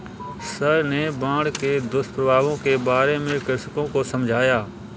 sir ने बाढ़ के दुष्प्रभावों के बारे में कृषकों को समझाया